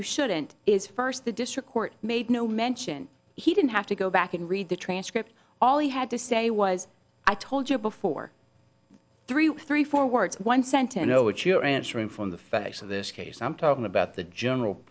you shouldn't is first the district court made no mention he didn't have to go back and read the transcript all he had to say was i told you before three three four words one centeno what you're answering from the facts of this case i'm talking about the general